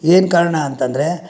ಏನು ಕಾರಣ ಅಂತಂದರೆ